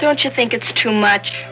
don't you think it's too much